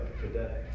today